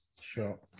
sure